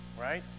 Right